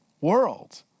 world